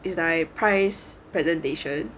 is like prize presentation